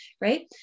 Right